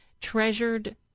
treasured